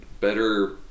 better